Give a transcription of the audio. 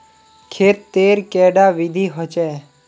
खेत तेर कैडा विधि होचे?